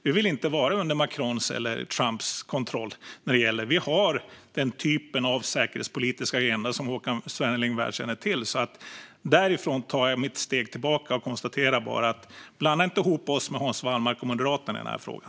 Vi vill inte vara under Macrons eller Trumps kontroll. Vi har den typen av säkerhetspolitisk agenda, som Håkan Svenneling väl känner till. Därifrån tar jag mitt steg tillbaka och konstaterar bara: Blanda inte ihop oss med Hans Wallmark och Moderaterna i den här frågan.